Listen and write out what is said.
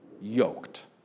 yoked